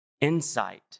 insight